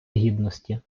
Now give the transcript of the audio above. гідності